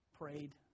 prayed